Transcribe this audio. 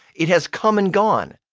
it has come and gone.